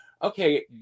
okay